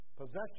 possession